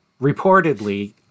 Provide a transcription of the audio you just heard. reportedly